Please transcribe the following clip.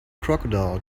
crocodile